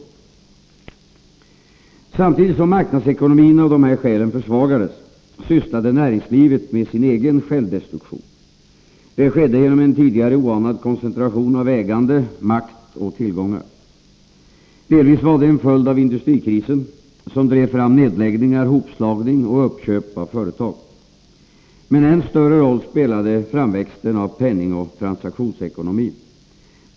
debatt Samtidigt som marknadsekonomin av dessa skäl försvagades sysslade näringslivet med sin egen självdestruktion. Det skedde genom en tidigare oanad koncentration av ägande, makt och tillgångar. Det var delvis en följd av industrikrisen, som drev fram nedläggningar, hopslagning och uppköp av företag. Men än större roll spelade framväxten av penningoch transaktionsekonomin.